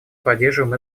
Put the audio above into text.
поддерживаем